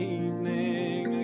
evening